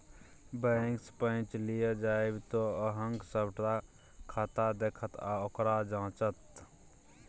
बैंकसँ पैच लिअ जाएब तँ ओ अहॅँक सभटा खाता देखत आ ओकरा जांचत